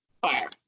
fire